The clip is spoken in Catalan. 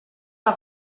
que